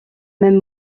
même